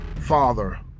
Father